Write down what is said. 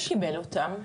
מי קיבל אותם?